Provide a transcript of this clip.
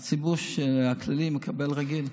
הציבור הכללי מקבל רגיל.